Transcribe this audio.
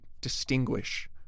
distinguish